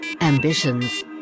ambitions